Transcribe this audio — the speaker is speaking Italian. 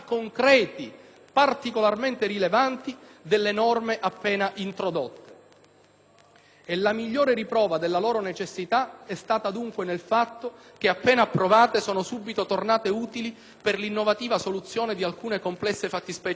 particolarmente rilevanti, delle norme appena introdotte. La migliore riprova della loro necessità è stata, dunque, nel fatto che, appena approvate, sono subito tornate utili per l'innovativa soluzione di alcune complesse fattispecie concrete.